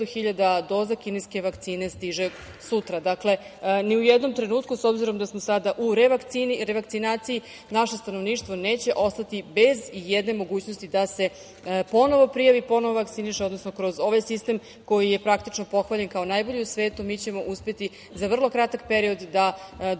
doza kineske vakcine stiže sutra. Dakle, ni u jednom trenutku s obzirom da smo sada u revakcinaciji naše stanovništvo neće ostati bez ijedne mogućnosti da se ponovo prijavi, ponovo vakciniše, odnosno kroz ovaj sistem koji je praktično pohvaljen kao najbolji na svetu mi ćemo uspeti za vrlo kratak period da dostignemo